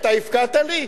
אתה הפקעת לי,